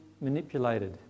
manipulated